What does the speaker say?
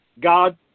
God